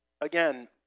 again